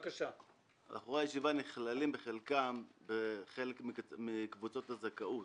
בחורי הישיבות נכללים בחלקם בקבוצות הזכאות.